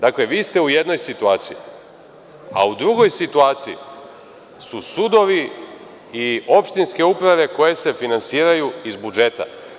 Dakle, vi ste u jednoj situaciji, a u drugoj situaciji su sudovi i opštinske uprave koje se finansiraju iz budžeta.